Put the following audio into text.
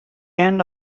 end